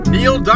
Neil